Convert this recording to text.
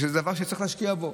זה דבר שצריך להשקיע בו.